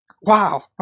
wow